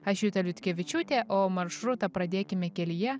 aš juta liutkevičiūtė o maršrutą pradėkime kelyje